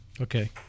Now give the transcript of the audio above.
Okay